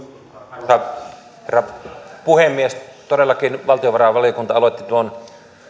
arvoisa herra puhemies todellakin valtiovarainvaliokunta aloitti